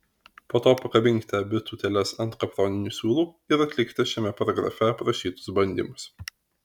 po to pakabinkite abi tūteles ant kaproninių siūlų ir atlikite šiame paragrafe aprašytus bandymus